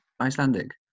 Icelandic